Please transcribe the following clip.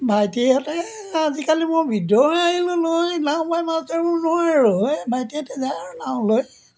ভাইটিহঁতে আজিকালি মই বৃদ্ধ হৈ আহিলোঁ নহয় এই নাও লৈ মাছ ধৰিব নোৱাৰোঁ আৰু এই ভাইটিহঁতে যায় আৰু নাও লৈ